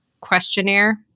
questionnaire